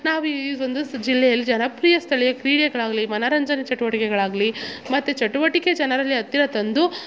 ನಾವು ಈಗೊಂದು ಸ್ ಜಿಲ್ಲೆಯಲ್ಲಿ ಜನಪ್ರಿಯ ಸ್ಥಳೀಯ ಕ್ರೀಡೆಗಳಾಗಲಿ ಮನರಂಜನೆ ಚಟುವಟಿಕೆಗಳಾಗಲಿ ಮತ್ತು ಚಟುವಟಿಕೆ ಜನರಲ್ಲಿ ಹತ್ತಿರ ತಂದು